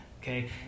okay